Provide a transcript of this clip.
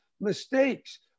mistakes